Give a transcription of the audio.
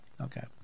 Okay